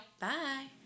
Bye